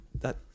that-